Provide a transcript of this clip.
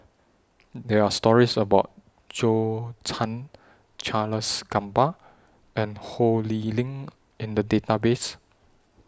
There Are stories about Zhou Can Charles Gamba and Ho Lee Ling in The Database